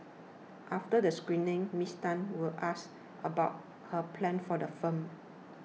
after the screening Ms Tan was asked about her plans for the film